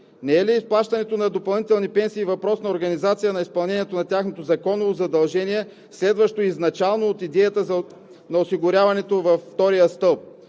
Не е ли изплащането на допълнителни пенсии въпрос на организация на изпълнението на тяхното законово задължение – изначално следващо от идеята на осигуряването във втория стълб,